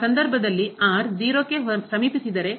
ಆ ಸಂದರ್ಭದಲ್ಲಿ 0 ಕ್ಕೆ ಸಮೀಪಿಸಿದರೆ